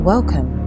Welcome